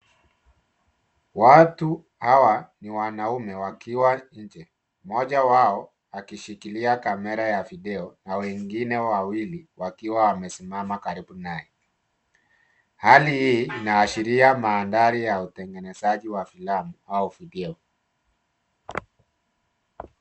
Watu hawa ni wanaume wakiwa nje, mmoja wao akishikilia kamera ya video na wengine wawili wakiwa wamesimama karibu naye. Hali hii inaashiria mandhari ya utengenezaji wa filamu au video.